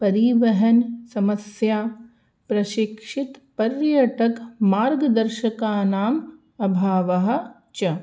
परिवहनसमस्या प्रशिक्षितपर्यटकमार्गदर्शकानाम् अभावः च